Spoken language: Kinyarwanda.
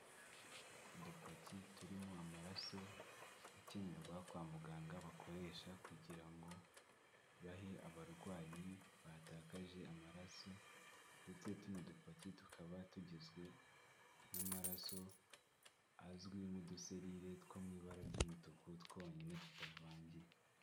Udupaki turimo amaraso, akenerwa kwa muganga, bakoresha kugira ngo, bahe abarwayi batakaje amaraso, ndetse tuno dupaki tukaba tugizwe n'amaraso, azwi nk'uduserire two mu ibara ry'umutuku, twonyine tutavangiye.